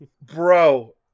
Bro